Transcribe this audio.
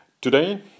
Today